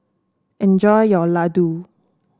enjoy your Ladoo